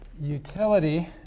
utility